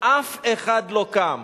אף אחד לא קם.